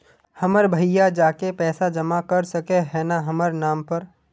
हमर भैया जाके पैसा जमा कर सके है न हमर नाम पर?